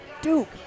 Duke